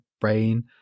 brain